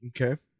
Okay